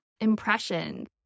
impression